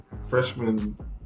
Freshman